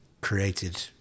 created